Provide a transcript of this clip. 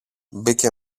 μπήκε